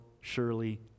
surely